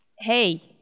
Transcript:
hey